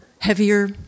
heavier